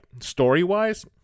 story-wise